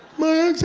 my